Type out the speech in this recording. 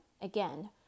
again